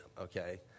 okay